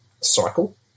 cycle